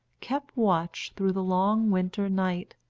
kept watch through the long winter night.